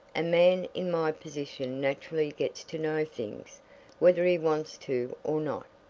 a man in my position naturally gets to know things whether he wants to or not,